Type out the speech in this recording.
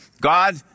God